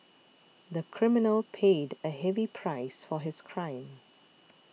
the criminal paid a heavy price for his crime